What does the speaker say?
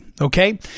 okay